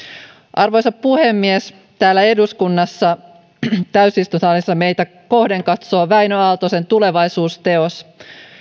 arvoisa puhemies täällä eduskunnassa täysistuntosalissa meitä kohden katsoo wäinö aaltosen tulevaisuus teos